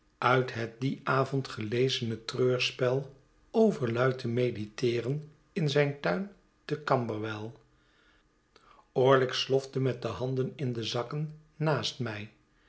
nit het dien avond gelezene treurspel overluid te mediteeren in zijn tuin te camberwell orlick slofte met de handen in de zakken naast mij